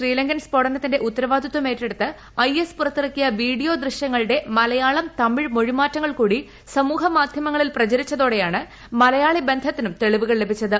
ശ്രീലങ്കൻ സ്ഫോടനത്തിന്റെ ഉത്തരവാദിത്തം ഏറ്റെടുത്ത് ഐ എസ് പുറത്തിറക്കിയ വീഡിയോ ദൃശ്യങ്ങളുടെ മലയാളംതമിഴ് മൊഴിമാറ്റങ്ങൾ കൂടി സമൂഹമാധ്യമങ്ങളിൽ പ്രചരിച്ചതോടെയാണ് മലയാളി ബന്ധത്തിനും തെളിവുകൾ ലഭിച്ചത്